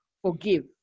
Forgive